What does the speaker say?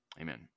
Amen